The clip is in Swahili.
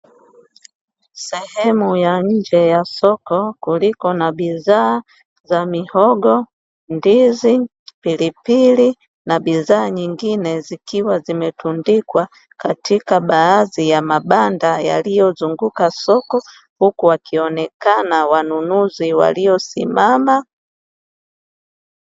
Sehemu ya nje ya soko, kuliko na bidhaa za mihogo, ndizi, pilipili na bidhaa nyingine zikiwa zimetundikwa katika baadhi ya mabanda yaliyozunguka soko, huku wakionekana wanunuzi waliosimama.